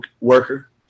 worker